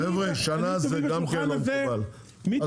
אני יושב בשולחן הזה מ-90 --- אז